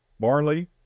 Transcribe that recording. barley